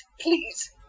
Please